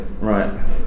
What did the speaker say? right